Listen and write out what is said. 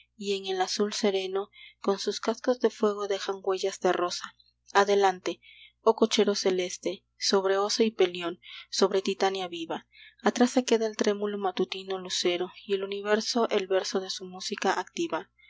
y en el azul sereno con sus cascos de fuego dejan huellas de rosa adelante oh cochero celeste sobre osa y pelión sobre titania viva atrás se queda el trémulo matutino lucero y el universo el verso de su música